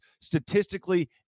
statistically